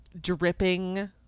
dripping